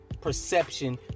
perception